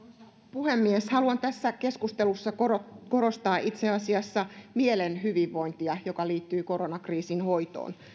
puhemies haluan tässä keskustelussa korostaa korostaa itse asiassa mielen hyvinvointia joka liittyy koronakriisin hoitoon